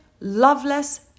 loveless